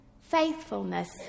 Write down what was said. faithfulness